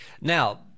Now